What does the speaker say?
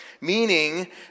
meaning